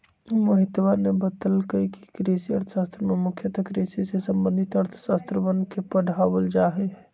मोहितवा ने बतल कई कि कृषि अर्थशास्त्र में मुख्यतः कृषि से संबंधित अर्थशास्त्रवन के पढ़ावल जाहई